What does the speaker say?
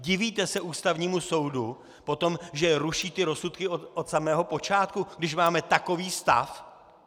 Divíte se Ústavnímu soudu potom, že ruší ty rozsudky od samého počátku, když máme takový stav?